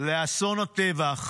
לאסון הטבח